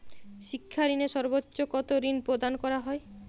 শিক্ষা ঋণে সর্বোচ্চ কতো ঋণ প্রদান করা হয়?